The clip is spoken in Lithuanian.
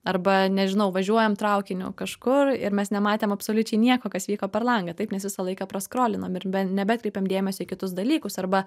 arba nežinau važiuojam traukiniu kažkur ir mes nematėm absoliučiai nieko kas vyko per langą taip nes visą laiką praskrolinom ir be nebekreipiam dėmesio į kitus dalykus arba